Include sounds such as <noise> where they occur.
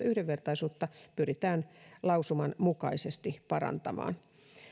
<unintelligible> yhdenvertaisuutta pyritään lausuman mukaisesti parantamaan